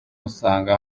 usanga